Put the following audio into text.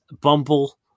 Bumble